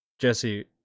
Jesse